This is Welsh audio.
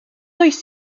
oes